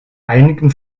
einigen